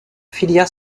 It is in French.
filières